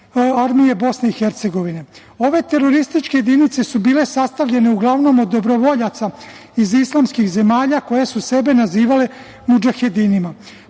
Armije Bosne i Hercegovine. Ove terorističke jedinice su bile sastavljene uglavnom od dobrovoljaca iz islamskih zemalja koje su sebe nazivale mudžahedinima.